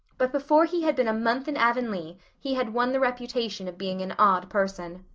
but before he had been a month in avonlea he had won the reputation of being an odd person.